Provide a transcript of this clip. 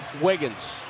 Wiggins